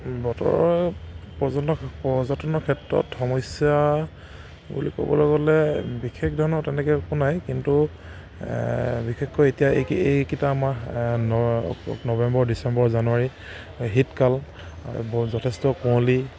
বতৰৰ পৰ্য পৰ্যটনৰ ক্ষেত্ৰত সমস্যা বুলি ক'বলৈ গ'লে বিশেষ ধৰণৰ তেনেকৈ একো নাই কিন্তু বিশেষকৈ এতিয়া এইকেইটা মাহ ন নৱেম্বৰ ডিচেম্বৰ জানুৱাৰী শীতকাল আৰু বৰ যথেষ্ট কুঁৱলী